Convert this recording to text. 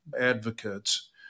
advocates